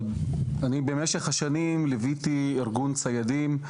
אני במשך השנים ליוויתי ארגון ציידים.